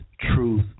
truth